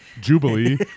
jubilee